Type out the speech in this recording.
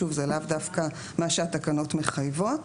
שוב, זה לאו דווקא מה שהתקנות מחייבות.